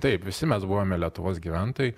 taip visi mes buvome lietuvos gyventojai